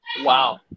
Wow